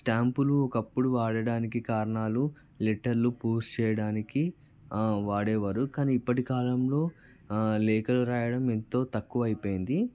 స్టాంపులు ఒకప్పుడు వాడడానికి కారణాలు లెటర్లు పోస్ట్ చేయడానికి వాడేవారు కానీ ఇప్పటి కాలంలో లేఖలు రాయడం ఎంతో తక్కువ అయిపోయింది